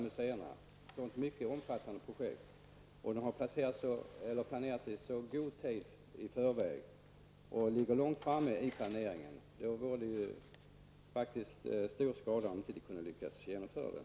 Det vore faktiskt stor skada om man inte kunde lyckas genomföra detta när man för en gångs skull slår till med alla museerna i ett sådant här mycket omfattande projekt. De har planerat i god tid i förväg och ligger långt framme i planeringen.